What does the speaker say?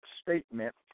statement